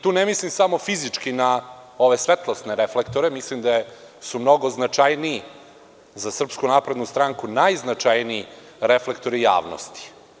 Tu ne mislim samo fizički na ove svetlosne reflektore, mislim da su mnogo značajniji za SNS, najznačajniji reflektori javnosti.